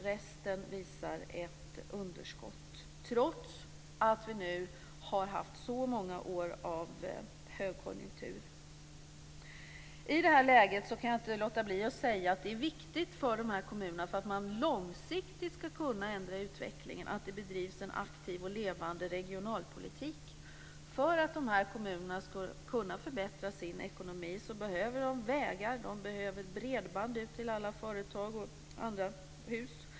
Resten visar ett underskott, trots att vi nu har haft så många år av högkonjunktur. I detta läge kan jag inte låta bli att säga att det är viktigt för kommunerna, för att de långsiktigt ska kunna ändra utvecklingen, att det bedrivs en aktiv och levande regionalpolitik. För att dessa kommuner ska kunna förbättra sin ekonomi behöver de vägar. De behöver bredband ut till alla företag och andra hus.